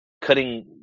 Cutting